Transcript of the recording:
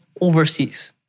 overseas